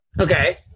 Okay